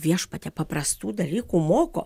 viešpatie paprastų dalykų moko